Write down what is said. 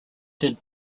did